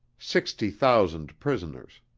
sixty thousand prisoners.